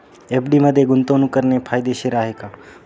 FD मध्ये गुंतवणूक करणे फायदेशीर आहे का?